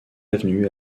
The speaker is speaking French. avenue